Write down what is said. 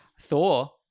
Thor